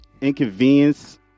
inconvenience